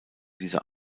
dieser